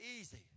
easy